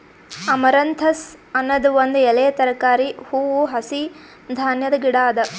amaranthus ಅನದ್ ಒಂದ್ ಎಲೆಯ ತರಕಾರಿ, ಹೂವು, ಹಸಿ ಧಾನ್ಯದ ಗಿಡ ಅದಾ